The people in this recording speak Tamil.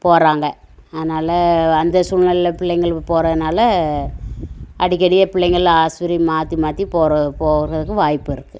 போகிறாங்க அதனால் அந்த சூழ்நிலையில் பிள்ளைகள் போகிறதுனால அடிக்கடிக்கு பிள்ளைங்கள் ஆஸ்பத்திரி மாற்றி மாற்றி போகிற போகிறதுக்கும் வாய்ப்பு இருக்குது